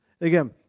Again